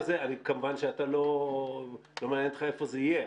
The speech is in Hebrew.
כמובן שלא מעניין אותך איפה זה יהיה,